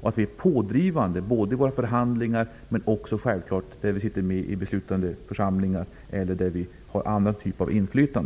och att vi är pådrivande i de förhandlingarna och självfallet också där vi sitter med i beslutande församlingar eller där vi har en annan typ av inflytande.